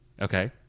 Okay